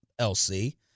LC